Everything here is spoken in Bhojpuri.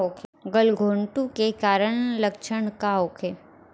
गलघोंटु के कारण लक्षण का होखे?